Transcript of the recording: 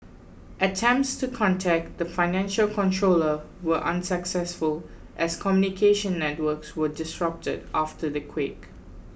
attempts to contact the financial controller were unsuccessful as communication networks were disrupted after the quake